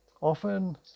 often